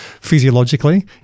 physiologically